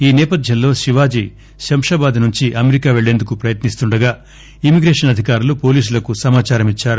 ఈ సేపథ్యంలో శివాజీ శంషాబాద్ నుంచి అమెరికా వెళ్లేందుకు ప్రయత్ని స్తుండగా ఇమ్మి గ్రేషన్ అధికారులు పోలీసులకు సమాచారమిచ్చారు